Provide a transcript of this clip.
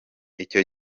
icyo